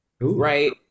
right